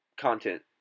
content